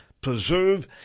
Preserve